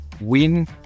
win